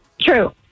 True